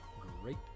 great